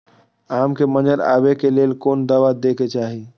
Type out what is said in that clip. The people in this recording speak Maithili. आम के मंजर आबे के लेल कोन दवा दे के चाही?